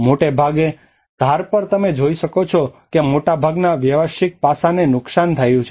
મોટે ભાગે ધાર પર તમે જોઈ શકો છો કે મોટાભાગના વ્યવસાયિક પાસાને નુકસાન થયું છે